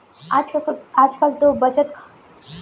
आज कल तो बचत करे बर कतको ठन उपाय आगे हावय